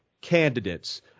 candidates